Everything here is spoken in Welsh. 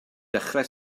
dechrau